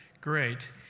Great